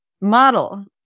model